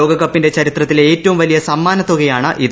ലോക കപ്പിന്റെ ചരിത്രത്തിലെ ഏറ്റവും വലിയ സമ്മാനത്തുകയാണ് ഇത്